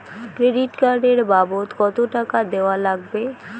Credit card এর বাবদ কতো টাকা দেওয়া লাগবে?